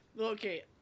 Okay